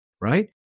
right